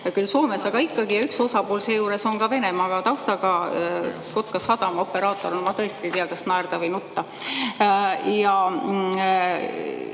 Küll Soomes, aga ikkagi üks osapool seejuures on ka Venemaa taustaga Kotka sadama operaator. Ma tõesti ei tea, kas naerda või nutta.